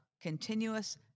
continuous